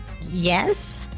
Yes